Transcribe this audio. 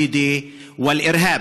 איומים וטרור.